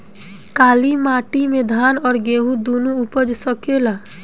काली माटी मे धान और गेंहू दुनो उपज सकेला?